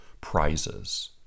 prizes